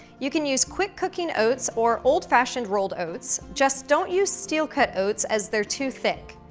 you can use quick cooking oats, or old fashioned rolled oats. just don't use steel-cut oats, as they're too thick.